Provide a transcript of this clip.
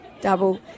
Double